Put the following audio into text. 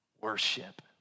worship